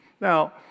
Now